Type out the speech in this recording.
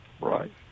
Right